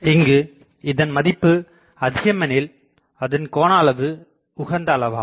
இங்கு இதன் மதிப்பு அதிகமெனில் அதன் கோணஅளவு உகந்த அளவாகும்